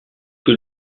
que